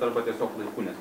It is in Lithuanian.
arba tiesiog laiku nes